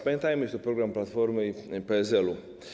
Pamiętajmy, to program Platformy i PSL.